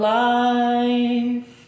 life